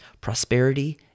prosperity